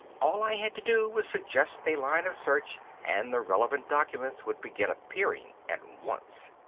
all i had to do was suggest a line of search and the relevant documents would begin appearing at once.